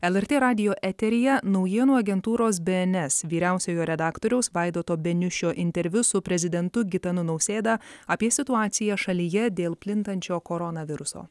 lrt radijo eteryje naujienų agentūros bns vyriausiojo redaktoriaus vaidoto beniušio interviu su prezidentu gitanu nausėda apie situaciją šalyje dėl plintančio koronaviruso